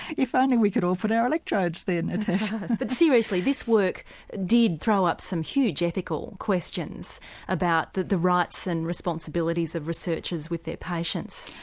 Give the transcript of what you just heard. if only we could all put our electrodes there, natasha. but seriously, this work did throw up some huge ethical questions about the the rights and responsibilities of researchers with their patients.